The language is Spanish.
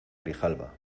grijalba